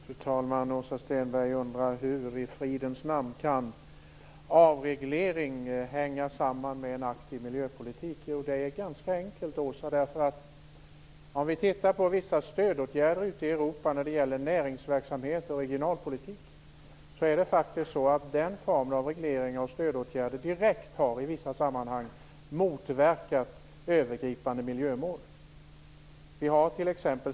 Fru talman! Åsa Stenberg undrar hur i fridens namn avreglering kan hänga samman med en aktiv miljöpolitik. Jo, det är ganska enkelt. En del stödåtgärder i Europa vad gäller näringsverksamhet och regionalpolitik har i vissa sammanhang direkt motverkat övergripande miljömål.